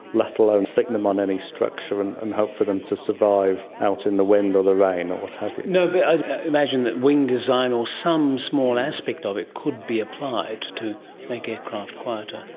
let alone stick them on any structure and and hope for them to survive out in the wind or the rain or what have you. know i imagine that wing design or some small aspect of it could be applied to make aircraft quieter.